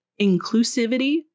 inclusivity